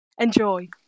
enjoy